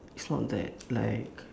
it's not that like